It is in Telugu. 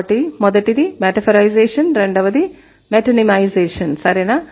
కాబట్టి మొదటిది మెటాఫోరైజేషన్ రెండవది మెటోనిమైజేషన్ సరేనా